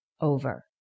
over